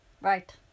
Right